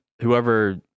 whoever